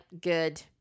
good